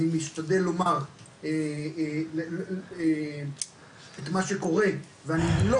אני משתדל לומר את מה שקורה באמת ואני לא